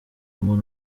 umuntu